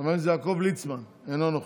חבר הכנסת יעקב ליצמן, אינו נוכח.